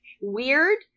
weird